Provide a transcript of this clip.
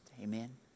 Amen